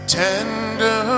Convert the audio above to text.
tender